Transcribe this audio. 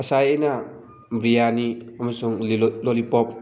ꯉꯁꯥꯏ ꯑꯩꯅ ꯕ꯭ꯔꯤꯌꯥꯅꯤ ꯑꯃꯁꯨꯡ ꯂꯣꯜꯂꯤꯄꯣꯞ